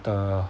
the